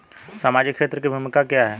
सामाजिक क्षेत्र की भूमिका क्या है?